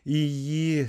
į jį